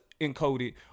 encoded